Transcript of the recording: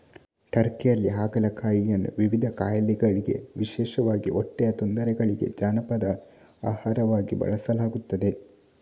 ಟರ್ಕಿಯಲ್ಲಿ ಹಾಗಲಕಾಯಿಯನ್ನು ವಿವಿಧ ಕಾಯಿಲೆಗಳಿಗೆ ವಿಶೇಷವಾಗಿ ಹೊಟ್ಟೆಯ ತೊಂದರೆಗಳಿಗೆ ಜಾನಪದ ಆಹಾರವಾಗಿ ಬಳಸಲಾಗುತ್ತದೆ